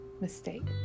mistake